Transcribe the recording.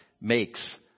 makes